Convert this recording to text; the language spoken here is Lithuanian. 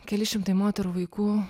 keli šimtai moterų vaikų